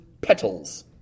Petals